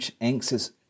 anxious